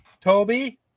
Toby